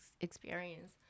experience